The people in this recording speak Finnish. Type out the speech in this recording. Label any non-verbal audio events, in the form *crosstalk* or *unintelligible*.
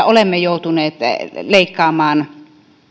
*unintelligible* olemme joutuneet leikkaamaan